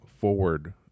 forward